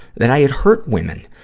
that i had hurt women.